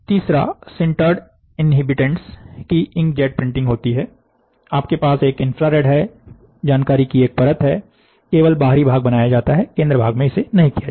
तीसरा sintered inhabitants की inkjet printing होती है आपके पास एक इंफ्रारेड है जानकारी की एक परत है केवल बाहरी भाग बनाया जाता है केंद्र भाग में इसे नहीं किया जाता